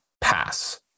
pass